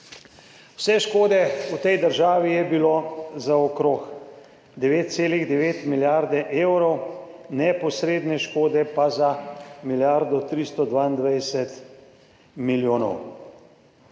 Vse škode v tej državi je bilo za okrog 9,9 milijarde evrov, neposredne škode pa za milijardo 322 milijonov.